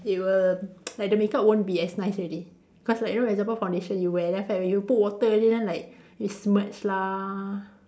they will like the makeup won't be as nice already cause like you know example foundation you wear then after that when you put water already then like it's smudged lah